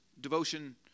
devotion